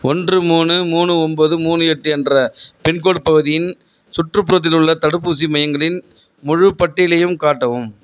ஒன்று மூணு மூணு ஒன்பது மூணு எட்டு என்ற பின்கோட் பகுதியின் சுற்றுப்புறத்தில் உள்ள தடுப்பூசி மையங்களின் முழுப் பட்டியலையும் காட்டவும்